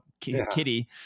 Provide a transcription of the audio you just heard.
Kitty